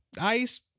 ice